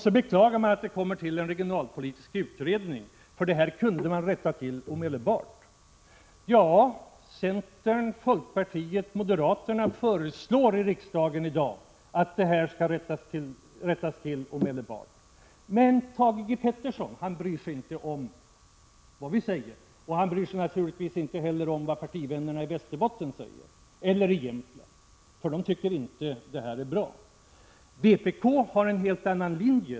Man beklagar vidare att det kommer till en regionalpolitik utredning, eftersom man borde kunna rätta till detta snabbt. Centern, folkpartiet och moderaterna föreslår i riksdagen i dag att detta skall rättas till omedelbart. Men Thage G. Peterson bryr sig inte om vad vi säger. Han bryr sig naturligtvis inte heller om vad partivännerna i Västerbotten och Jämtland säger — för de tycker inte att det här är bra. Vpk har en helt annan linje.